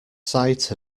sight